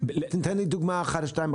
תן לי דוגמה אחת או שתיים,